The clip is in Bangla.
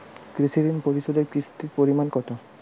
কৃষি ঋণ পরিশোধের কিস্তির পরিমাণ কতো?